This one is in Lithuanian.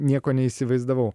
nieko neįsivaizdavau